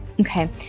Okay